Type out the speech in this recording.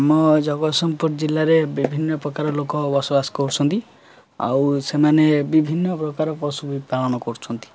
ଆମ ଜଗତସିଂହପୁର ଜିଲ୍ଲାରେ ବିଭିନ୍ନ ପ୍ରକାର ଲୋକ ବସବାସ କରୁଛନ୍ତି ଆଉ ସେମାନେ ବିଭିନ୍ନ ପ୍ରକାର ପଶୁ ବି ପାଳନ କରୁଛନ୍ତି